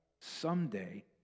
someday